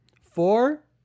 Four